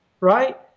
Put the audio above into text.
right